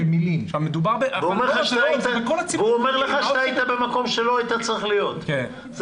בגדול הוא אומר לך שהיית במקום שלא היית צריך להיות בו.